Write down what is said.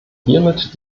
hiermit